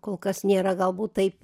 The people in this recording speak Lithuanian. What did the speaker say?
kol kas nėra galbūt taip